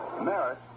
Merritt